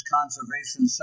Conservation